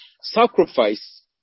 sacrifice